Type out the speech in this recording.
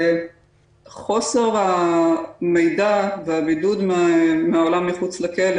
חוסר המידע והבידוד מהעולם מחוץ לכלא